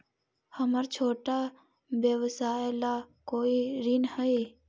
हमर छोटा व्यवसाय ला कोई ऋण हई?